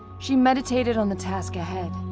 she meditated on the task ahead.